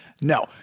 No